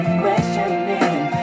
questioning